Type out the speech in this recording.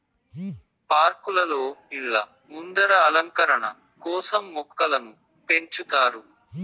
పార్కులలో, ఇళ్ళ ముందర అలంకరణ కోసం మొక్కలను పెంచుతారు